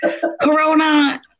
corona